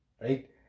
right